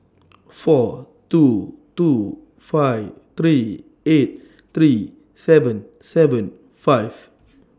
four two two five three eight three seven seven five